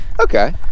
Okay